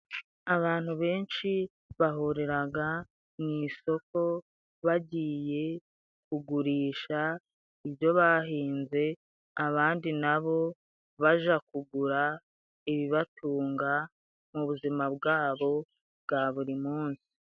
Abantu benshi bahuriraga mu isoko bagiye kugurisha ibyo bahinze, abandi nabo baja kugura ibibatunga, mu buzima bwabo bwa buri munsi.